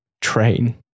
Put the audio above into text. train